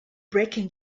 breaking